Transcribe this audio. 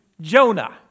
Jonah